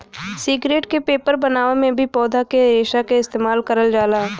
cigarette क paper बनावे में भी पौधा के रेशा क इस्तेमाल करल जाला